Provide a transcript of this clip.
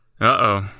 Uh-oh